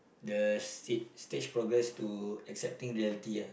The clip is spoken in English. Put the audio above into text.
the stage stage progress to accepting reality ah